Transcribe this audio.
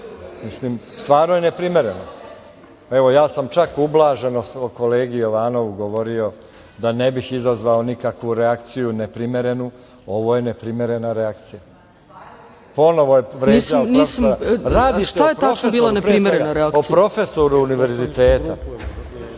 Domu. Stvarno je neprimereno. Evo ja sam čak ublaženo svom kolegi Jovanovu govorio da ne bih izazvao nikakvu reakciju neprimerenu. Ovo je neprimerena reakcija. Ponovo je vređao profesora. **Ana Brnabić** Šta je bila neprimerena reakcija? **Branko Lukić** O profesoru univerziteta.